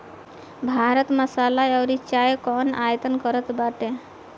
भारत मसाला अउरी चाय कअ आयत करत बाटे